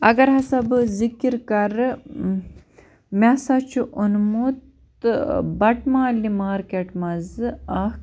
اَگر ہسا بہٕ ذِکِر کَرٕ مےٚ ہسا چھُ اوٚنمُت تہٕ بَٹہٕ مالِنہِ مارکٮ۪ٹہٕ منٛزٕ اَکھ